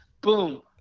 boom